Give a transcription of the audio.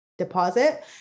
deposit